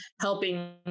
helping